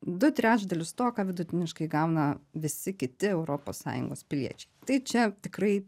du trečdalius to ką vidutiniškai gauna visi kiti europos sąjungos piliečiai tai čia tikrai